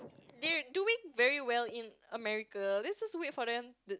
they're doing very well in America let's just wait for them to